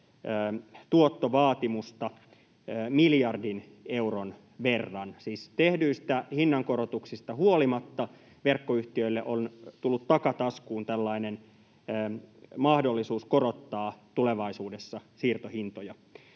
tuottovaatimusta miljardin euron verran. Siis tehdyistä hinnankorotuksista huolimatta verkkoyhtiöille on tullut takataskuun tällainen mahdollisuus korottaa tulevaisuudessa siirtohintoja.